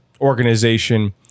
organization